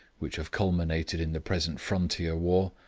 which have culminated in the present frontier war,